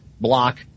block